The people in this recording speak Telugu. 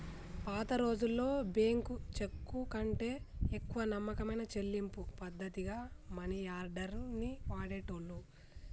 పాతరోజుల్లో బ్యేంకు చెక్కుకంటే ఎక్కువ నమ్మకమైన చెల్లింపు పద్ధతిగా మనియార్డర్ ని వాడేటోళ్ళు